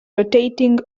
rotating